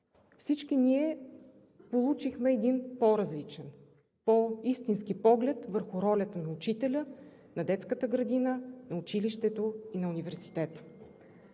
всички ние получихме един по-различен, по-истински поглед върху ролята на учителя, на детската градина, на училището и на университета.